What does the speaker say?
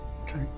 Okay